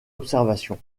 observation